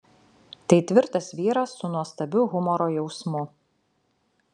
tai tvirtas vyras su nuostabiu humoro jausmu